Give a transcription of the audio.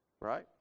right